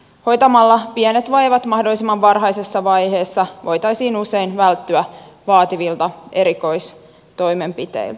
hoitamalla pienet vaivat mahdollisimman varhaisessa vaiheessa voitaisiin usein välttyä vaativilta erikoistoimenpiteiltä